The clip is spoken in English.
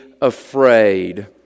afraid